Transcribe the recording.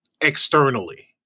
externally